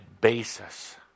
basis